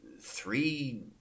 three